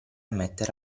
mettere